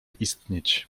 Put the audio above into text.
istnieć